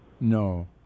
No